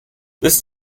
this